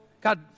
God